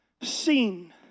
seen